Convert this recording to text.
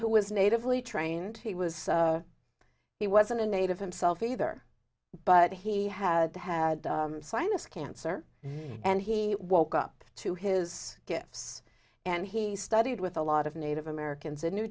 who was natively trained he was he wasn't a native himself either but he had had sinus cancer and he woke up to his gifts and he studied with a lot of native americans in new